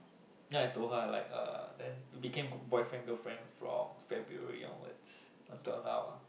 then I told her I like her then we become co~ boyfriend girlfriend from February onwards until now ah